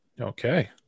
Okay